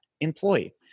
employee